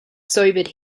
sobered